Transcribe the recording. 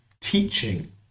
teaching